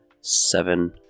seven